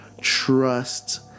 trust